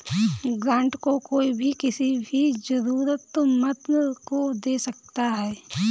grant को कोई भी किसी भी जरूरतमन्द को दे सकता है